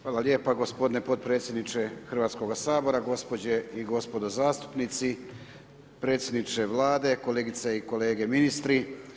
Hvala lijepa gospodine potpredsjedniče Hrvatskoga sabora, gospođe i gospodo zastupnici, predsjedniče Vlade, kolegice i kolege ministri.